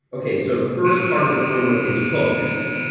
okay, so the first part of the formula is hooks.